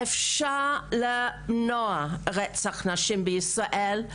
אפשר למנוע רצח נשים בישראל.